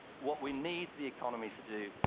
what we need the economy to do,